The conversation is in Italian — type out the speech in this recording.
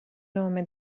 nome